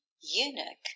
eunuch